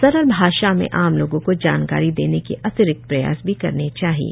सरल भाषा में आम लोगों को जानकारी देने के अतिरिक्त प्रयास भी करने चाहिएं